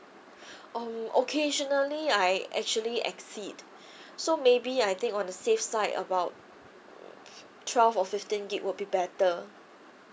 um occasionally I actually exceed so maybe I think on the safe side about ten or fifteen gig would be better